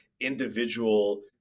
individual